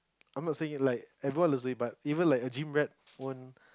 I'm not saying like everyone is it but like even like a gym rat won't